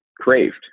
craved